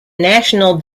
national